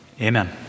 amen